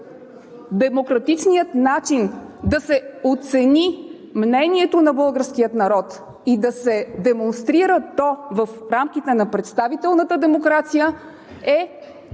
демократичният начин да се оцени мнението на българския народ и да се демонстрира то в рамките на представителната демокрация е